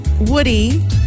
Woody